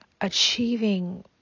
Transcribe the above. achieving